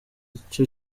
icyo